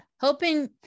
Hoping